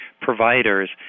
providers